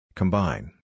Combine